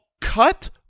cut